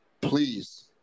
please